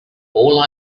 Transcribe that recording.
all